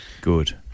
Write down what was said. good